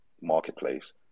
marketplace